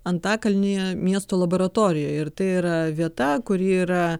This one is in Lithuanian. antakalnyje miesto laboratorijoj ir tai yra vieta kuri yra